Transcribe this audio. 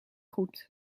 goed